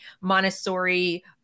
Montessori